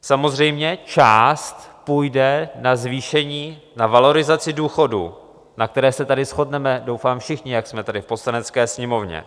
Samozřejmě část půjde na zvýšení, na valorizaci důchodů, na které se tady shodneme doufám všichni, jak jsme tady v Poslanecké sněmovně.